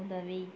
உதவி